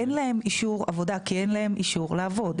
אין להם אישור עבודה כי אין להם אישור לעבוד.